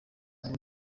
ubu